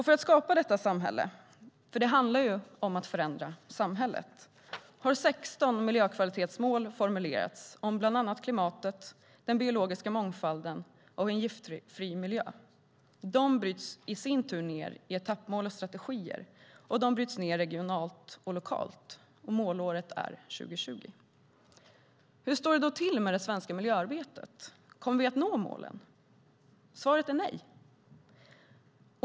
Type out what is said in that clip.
För att skapa detta samhälle - det handlar ju om att förändra samhället - har 16 miljökvalitetsmål formulerats om bland annat klimatet, den biologiska mångfalden och en giftfri miljö. De bryts i sin tur ned i etappmål och strategier, och de bryts vidare ned regionalt och lokalt. Målåret är 2020. Hur står det då till med det svenska miljöarbetet? Kommer vi att nå målen? Svaret är nej.